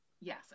Yes